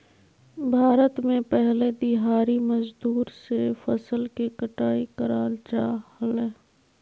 भारत में पहले दिहाड़ी मजदूर से फसल के कटाई कराल जा हलय